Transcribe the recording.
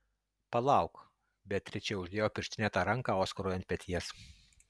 palauk beatričė uždėjo pirštinėtą ranką oskarui ant peties